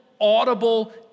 audible